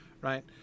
right